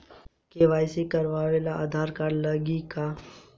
KYC करावे ला Aadhaar card लागी का?